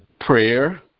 prayer